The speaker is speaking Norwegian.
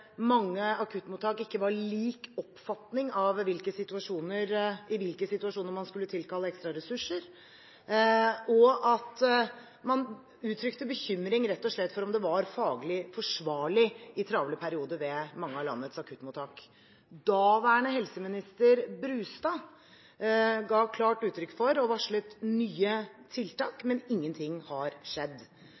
mange akuttmottak ikke hadde lik oppfatning av i hvilke situasjoner man skulle tilkalle ekstra ressurser, og at man rett og slett uttrykte bekymring for om det var faglig forsvarlig i travle perioder ved mange av landets akuttmottak. Daværende helseminister Brustad ga klart uttrykk for og varslet nye tiltak, men ingenting har skjedd.